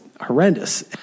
horrendous